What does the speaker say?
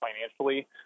financially